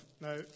Now